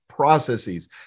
processes